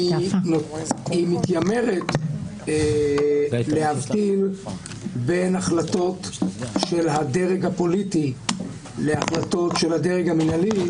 היא מתיימרת להבדיל בין החלטות של הדרג הפוליטי להחלטות של הדרג המנהלי,